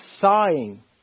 sighing